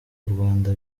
rwanda